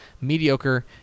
mediocre